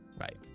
Right